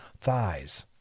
thighs